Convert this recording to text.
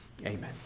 Amen